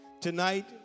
tonight